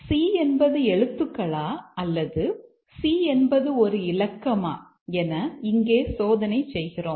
c என்பது எழுத்துக்களா அல்லது c என்பது ஒரு இலக்கமா என இங்கே சோதனை செய்கிறோம்